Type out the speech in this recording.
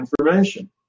information